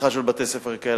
פתיחה של בתי-ספר כאלה,